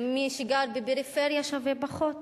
מי שגר בפריפריה שווה פחות.